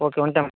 okay ఉంటాం